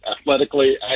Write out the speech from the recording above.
athletically